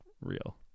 real